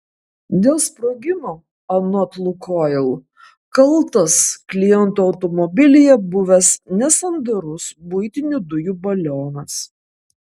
dėl sprogimo anot lukoil kaltas kliento automobilyje buvęs nesandarus buitinių dujų balionas